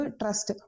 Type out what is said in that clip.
trust